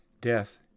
Death